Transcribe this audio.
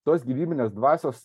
tos gyvybinės dvasios